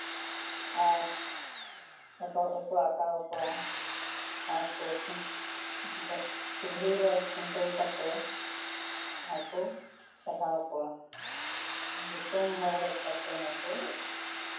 ᱟᱨ ᱦᱚᱴᱚᱜ ᱨᱮᱠᱚ ᱟᱸᱠᱟᱣ ᱠᱚᱣᱟ ᱟᱨᱠᱚ ᱠᱩᱞᱦᱤ ᱨᱮ ᱠᱷᱩᱱᱴᱟᱹᱣ ᱠᱟᱛᱮᱫ ᱟᱨᱠᱚ ᱪᱟᱨᱦᱟᱣ ᱠᱚᱣᱟ ᱫᱤᱥᱚᱢ ᱦᱚᱲ ᱦᱮᱡ ᱠᱟᱛᱮᱫ ᱦᱚᱸᱠᱚ